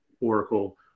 oracle